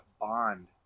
bond